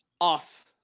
off